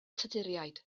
tuduriaid